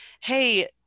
Hey